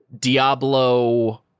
Diablo